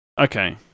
Okay